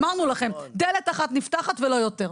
אמרנו לכם, דלת אחת נפתחת ולא יותר.